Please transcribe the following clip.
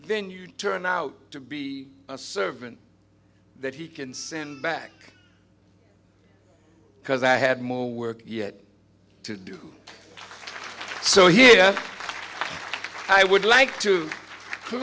then you turn out to be a servant that he can send back because i have more work yet to do so here i would like to